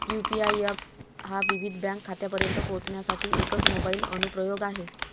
UPI app हा विविध bank खात्यांपर्यंत पोहोचण्यासाठी एकच मोबाइल अनुप्रयोग आहे